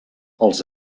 els